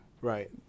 Right